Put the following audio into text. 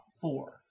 four